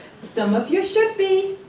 some of you should be.